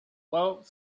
while